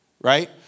Right